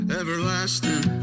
everlasting